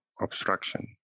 obstruction